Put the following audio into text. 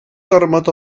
gormod